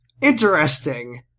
Interesting